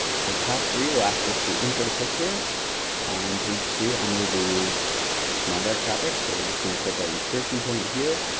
so task three will ask us to insert a picture on page two under the smart art graphic. so, we're just gonna click our insertion point here.